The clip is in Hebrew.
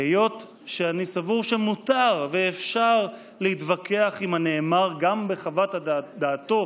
היות שאני סבור שמותר ואפשר להתווכח עם הנאמר גם בחוות דעתו